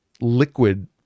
liquid